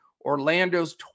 Orlando's